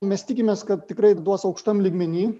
mes tikimės kad tikrai duos aukštam lygmeny